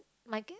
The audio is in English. my